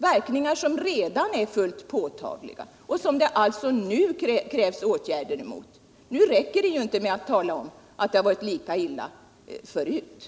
Dessa verkningar är redan fullt påtagliga, och det är alltså nu som det krävs åtgärder emot dem. Det räcker inte med att tala om att det varit lika illa tidigare.